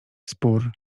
spór